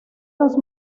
los